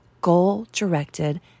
goal-directed